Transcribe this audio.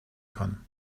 kann